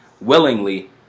willingly